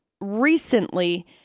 recently